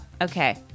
okay